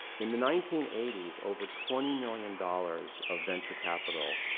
in the nineteen eighty s, over twenty million dollars of venture capital,